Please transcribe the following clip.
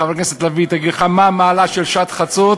חברת הכנסת לביא תגיד לך מה המעלה של שעת חצות